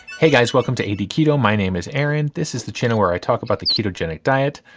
hey guys! welcome to a d. keto. my name is aaron. this is the channel where i talk about the ketogenic diet.